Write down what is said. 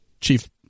chief